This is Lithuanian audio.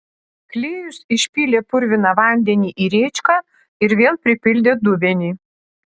klėjus išpylė purviną vandenį į rėčką ir vėl pripildė dubenį